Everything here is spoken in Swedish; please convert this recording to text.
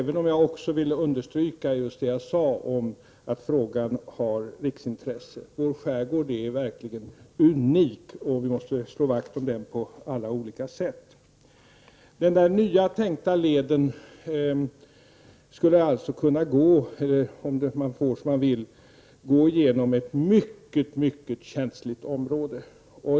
Men jag vill ändå understryka det jag nyss sade, att frågan är av riksintresse. Vår skärgård är verkligen unik, och vi måste slå vakt om den på olika sätt. Den tänkta leden skulle, om man får som man vill, kunna gå genom ett mycket känsligt område.